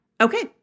Okay